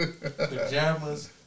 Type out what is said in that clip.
pajamas